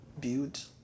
built